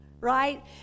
right